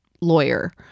lawyer